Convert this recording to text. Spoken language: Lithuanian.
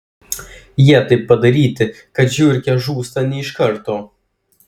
jie taip padaryti kad žiurkė žūsta ne iš karto